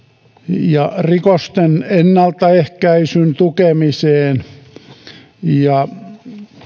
ja rikosten ennaltaehkäisyn tukemiseen ja